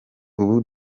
ubu